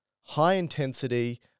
high-intensity